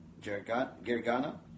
Gergana